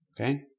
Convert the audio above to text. Okay